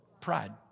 pride